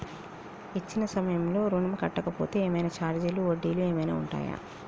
ఇచ్చిన సమయంలో ఋణం కట్టలేకపోతే ఏమైనా ఛార్జీలు వడ్డీలు ఏమైనా ఉంటయా?